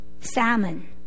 Salmon